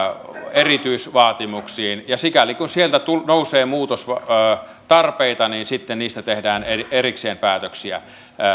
erityisvaatimuksista ja sikäli kuin sieltä nousee muutostarpeita niin sitten niistä tehdään erikseen päätöksiä